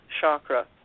chakra